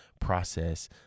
process